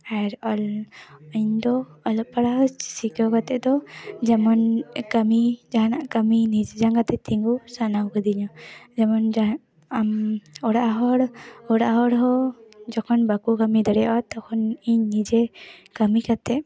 ᱟᱨ ᱚᱞ ᱤᱧ ᱫᱚ ᱚᱞᱚᱜ ᱯᱟᱲᱦᱟᱣ ᱥᱤᱠᱟᱹᱣ ᱠᱟᱛᱮᱫ ᱫᱚ ᱡᱮᱢᱚᱱ ᱠᱟᱹᱢᱤ ᱡᱟᱦᱟᱱᱟᱜ ᱠᱟᱹᱢᱤ ᱱᱤᱡᱽ ᱡᱟᱸᱜᱟ ᱛᱮ ᱛᱤᱸᱜᱩ ᱥᱟᱱᱟᱣ ᱠᱟᱫᱤᱧᱟ ᱡᱮᱢᱚᱱ ᱡᱟᱦᱟᱸ ᱟᱢ ᱚᱲᱟᱜ ᱦᱚᱲ ᱚᱲᱟᱜ ᱦᱚᱲ ᱦᱚᱸ ᱡᱚᱠᱷᱚᱱ ᱵᱟᱠᱚ ᱠᱟᱹᱢᱤ ᱫᱟᱲᱮᱭᱟᱜᱼᱟ ᱛᱚᱠᱷᱚᱱ ᱤᱧ ᱱᱤᱡᱮ ᱠᱟᱹᱢᱤ ᱠᱟᱛᱮᱫ